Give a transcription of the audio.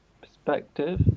perspective